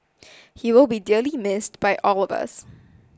he will be dearly missed by all of us